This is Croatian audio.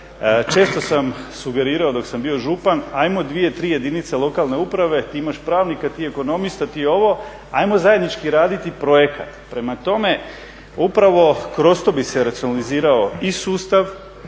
često sam sugerirao dok sam bio župan ajmo dvije, tri jedinice lokalne uprave, imaš pravnike, ti ekonomista, ti ovo, ajmo zajednički raditi projekat. Prema tome, upravo kroz to bi se racionalizirao i sustav,